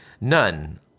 none